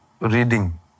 reading